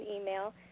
email